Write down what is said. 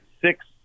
six